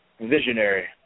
Visionary